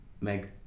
Meg